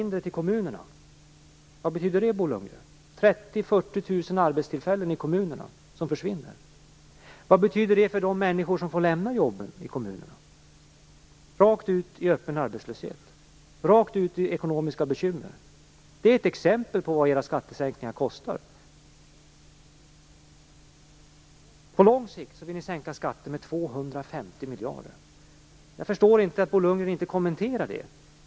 Det innebär att 30 000-40 000 arbetstillfällen i kommunerna försvinner. Vad betyder det för de människor som får lämna jobben i kommunerna och hamnar i öppen arbetslöshet och ekonomiska bekymmer? Det är ett exempel på vad era skattesänkningar kostar. På lång sikt vill ni sänka skatterna med 250 miljarder. Jag förstår inte att Bo Lundgren inte kommenterar det.